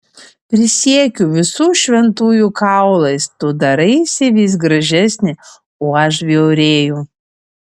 prisiekiu visų šventųjų kaulais tu daraisi vis gražesnė o aš bjaurėju